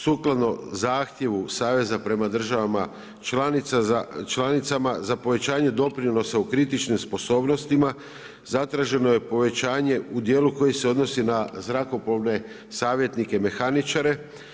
Sukladno zahtjevima saveza prema državama članicama, za povećanje doprinosima u kritičnim sposobnostima, zatraženo je povećanje u dijelu koja se odnosi na zrakoplovne savjetnike, mehaničare.